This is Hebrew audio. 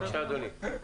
בבקשה, אדוני.